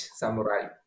samurai